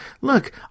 look